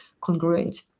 congruent